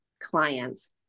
clients